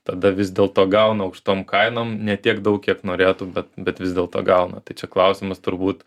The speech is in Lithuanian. tada vis dėlto gauna aukštom kainom ne tiek daug kiek norėtų bet bet vis dėlto gauna tai čia klausimas turbūt